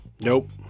Nope